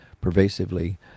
pervasively